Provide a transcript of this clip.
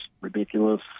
ridiculous